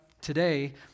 today